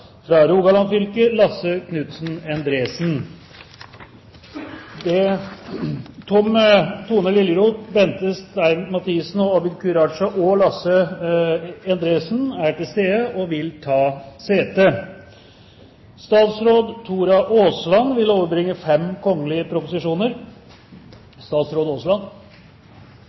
Rogaland fylke: Lasse Kinden Endresen Tone Liljeroth, Bente Stein Mathisen, Abid Q. Raja og Lasse Kinden Endresen er til stede og vil ta sete. Representanten Ingjerd Schou vil